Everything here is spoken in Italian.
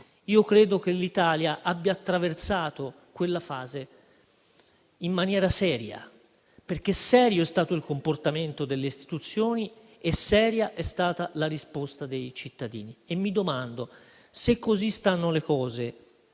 io credo che l'Italia abbia attraversato quella fase in maniera seria, perché serio è stato il comportamento delle istituzioni e seria è stata la risposta dei cittadini. Mi domando, però, se così stanno le cose: